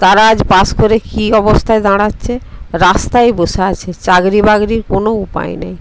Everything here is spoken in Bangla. তারা আজ পাশ করে কি অবস্থায় দাঁড়াচ্ছে রাস্তায় বসে আছে চাকরি বাকরির কোন উপায় নেই